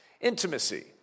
Intimacy